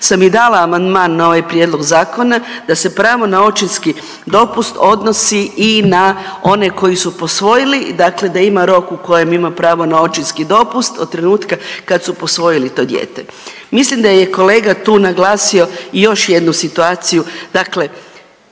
sam i dala amandman na ovaj Prijedlog zakona da se pravo na očinski dopust odnosi i na one koji su posvojili, dakle da ima rok u kojem ima pravo na očinski dopust od trenutka kad su posvojili to dijete. Mislim da je kolega tu naglasio i još jednu situaciju, dakle